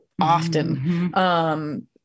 often